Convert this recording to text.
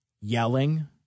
Yelling